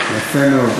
יפה מאוד.